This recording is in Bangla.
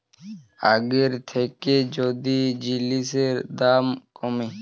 আগের থ্যাইকে যদি জিলিসের দাম ক্যমে